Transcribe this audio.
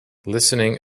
listening